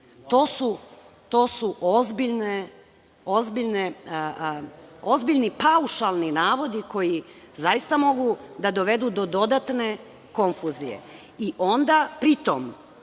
To su ozbiljni paušalni navodi koji zaista mogu da dovedu do dodatne konfuzije. Pri tom,